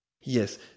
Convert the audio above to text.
Yes